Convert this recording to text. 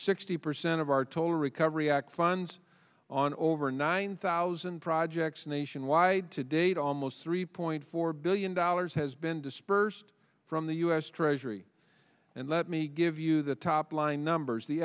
sixty percent of our total recovery act funds on over nine thousand projects nationwide to date almost three point four billion dollars has been disbursed from the u s treasury and let me give you the top line numbers the